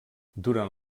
durant